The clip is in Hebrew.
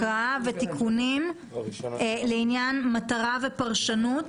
הקראה ותיקונים לעניין מטרה ופרשנות.